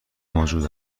موجود